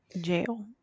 jail